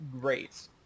great